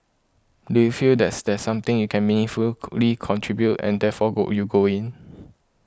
do you feel that there's something you can meaningful contribute and therefore go you go in